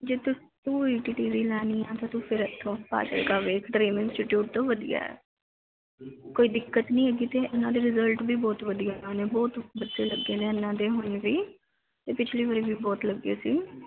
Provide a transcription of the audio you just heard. ਜਿਥੇ ਤੂੰ E T T ਦੀ ਲੈਣੀ ਆ ਤਾਂ ਤੂੰ ਫਿਰ ਇੱਥੋਂ ਫਾਜ਼ਿਲਕਾ ਵੇਖ ਡਰੀਮ ਇੰਸਟੀਚਿਊਟ ਤੋਂ ਵਧੀਆ ਆ ਕੋਈ ਦਿੱਕਤ ਨਹੀਂ ਹੈਗੀ ਅਤੇ ਇਹਨਾਂ ਦੇ ਰਿਜਲਟ ਵੀ ਬਹੁਤ ਵਧੀਆ ਉਹਨਾਂ ਨੇ ਬਹੁਤ ਬੱਚੇ ਲੱਗੇ ਨੇ ਇਹਨਾਂ ਦੇ ਹੁਣ ਵੀ ਅਤੇ ਪਿਛਲੇ ਵਾਰੀ ਵੀ ਬਹੁਤ ਲੱਗੇ ਸੀ